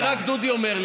רק דודי אומר לי.